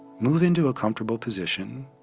move into a comfortable position,